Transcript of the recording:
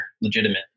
legitimate